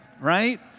right